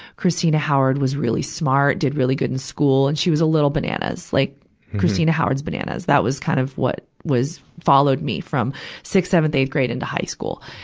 christina howard was really smart, did really good in school, and she was little bananas. like christina howard's bananas. that was kind of what was, followed me from sixth, seventh, eighth grade into high school.